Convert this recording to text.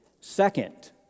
Second